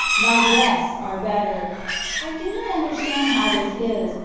thy breasts are better i do not understand how this is,